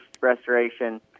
restoration